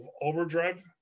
overdrive